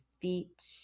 feet